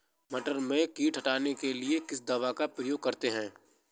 मटर में कीट हटाने के लिए किस दवा का प्रयोग करते हैं?